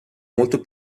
molto